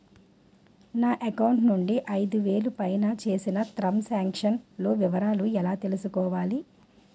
నా అకౌంట్ నుండి ఐదు వేలు పైన చేసిన త్రం సాంక్షన్ లో వివరాలు ఎలా తెలుసుకోవాలి?